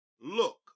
Look